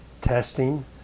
testing